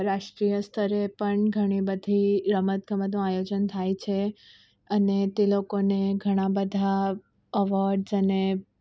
રાષ્ટ્રીય સ્તરે પણ ઘણી બધી રમત ગમતનું આયોજન થાય છે અને તે લોકોને ઘણા બધા અવોર્ડ્સ અને